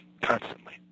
constantly